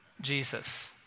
Jesus